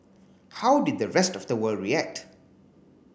how did the rest of the world react